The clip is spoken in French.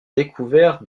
découvert